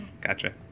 Gotcha